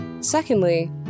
Secondly